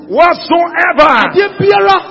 Whatsoever